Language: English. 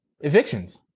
evictions